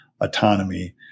autonomy